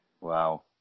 Wow